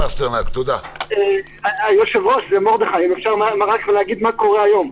אם אפשר להגיד מה קורה היום,